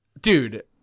dude